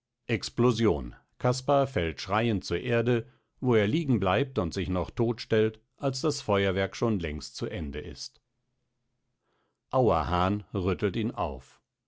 explosion caspar fällt schreiend zur erde wo er liegen bleibt und sich noch todt stellt als das feuerwerk schon längst zu ende ist auerhahn rüttelt ihn auf